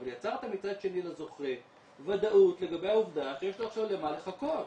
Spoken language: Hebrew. אבל מצד שני יצרת לזוכה ודאות לגבי העובדה שיש לו עכשיו למה לחכות.